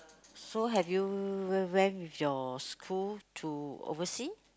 so have you w~ went with your school to overseas